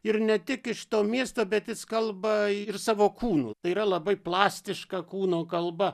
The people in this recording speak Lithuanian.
ir ne tik iš to miesto bet jis kalba ir savo kūnu tai yra labai plastiška kūno kalba